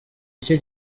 iki